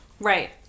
right